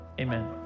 Amen